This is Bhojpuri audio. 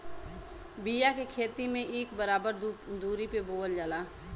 बिया के खेती में इक बराबर दुरी पे बोवल जाला